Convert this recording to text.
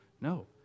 No